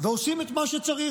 ועושים את מה שצריך.